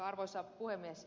arvoisa puhemies